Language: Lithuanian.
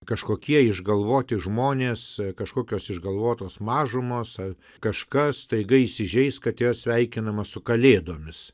kažkokie išgalvoti žmonės kažkokios išgalvotos mažumos ar kažkas staiga įsižeis kad yra sveikinamas su kalėdomis